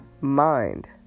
mind